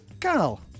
Carl